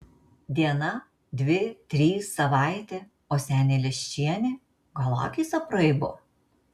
diena dvi trys savaitė o senė leščienė gal akys apraibo